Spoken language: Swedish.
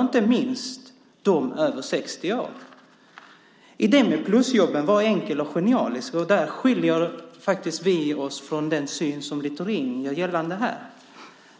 inte minst mot dem över 60 år. Idén med plusjobben var enkel och genial. Där skiljer sig vår syn från den som Littorin gör gällande här.